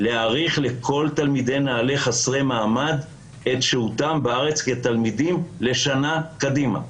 להאריך לכל תלמידי נעל"ה חסרי המעמד את שהותם בארץ כתלמידים לשנה קדימה.